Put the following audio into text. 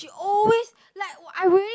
she always like I wearing